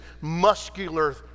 muscular